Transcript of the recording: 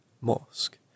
mosque